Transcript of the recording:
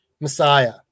Messiah